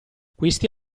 questi